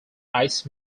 ice